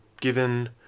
given